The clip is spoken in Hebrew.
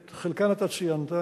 את חלקן אתה ציינת.